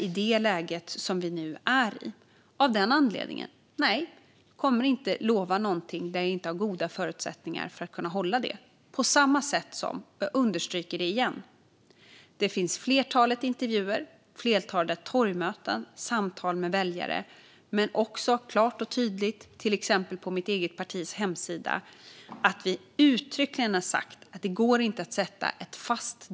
I det läget är vi nu. Av den anledningen kommer jag inte att lova någonting som jag inte har goda förutsättningar att kunna hålla. Jag understryker återigen att det finns ett flertal intervjuer, torgmöten och samtal med väljare där vi uttryckligen har sagt att det inte går att sätta ett fast datum för när pengarna för elstödet kommer att vara på kontot.